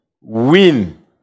win